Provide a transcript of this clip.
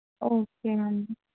okay అండి